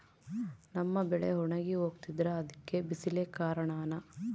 ನಮ್ಮ ಬೆಳೆ ಒಣಗಿ ಹೋಗ್ತಿದ್ರ ಅದ್ಕೆ ಬಿಸಿಲೆ ಕಾರಣನ?